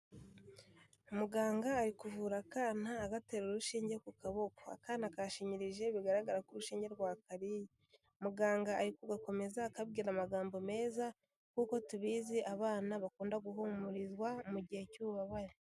Muganga ari kuvura akana agatera urushinge ku kaboko, akana kashinyirije bigaragara ko urushege rwakariye. Muganga ari kugakomeza akabwira amagambo meza, nkuko tubizi abana bakunda guhumurizwa mu gihe cy'ububabare.